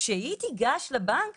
כאשר היא תיגש לבנק